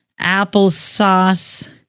Applesauce